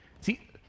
See